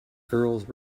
girls